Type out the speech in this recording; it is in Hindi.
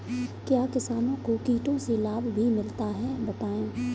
क्या किसानों को कीटों से लाभ भी मिलता है बताएँ?